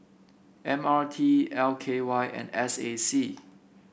M R T L K Y and S A C